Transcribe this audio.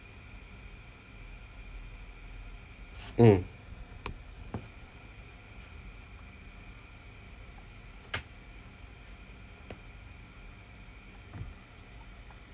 mm